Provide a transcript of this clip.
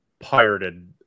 pirated